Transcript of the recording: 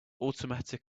automatic